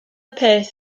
peth